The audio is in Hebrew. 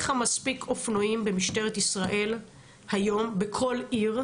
אבל גם אין לך מספיק אופנועים במשטרת ישראל היום בכל עיר,